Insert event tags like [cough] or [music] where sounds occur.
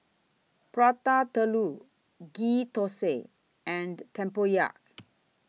Prata Telur Ghee Thosai and Tempoyak [noise]